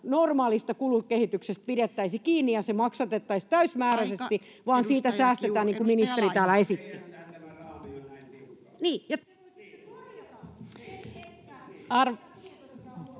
normaalista kulukehityksestä pidettäisiin kiinni ja se maksatettaisiin täysimääräisesti, [Puhemies: Aika, edustaja Kiuru!] vaan siitä säästetään, niin kuin ministeri täällä esitti. [Ben